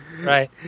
right